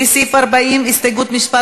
לסעיף 40 הסתייגות מס'